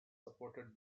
supported